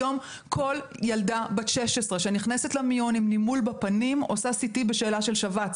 היום כל ילדה בת 16 שנכנסת למיון עם נימול בפנים עושה CT בשאלה של שבץ.